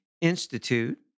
Institute